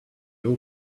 all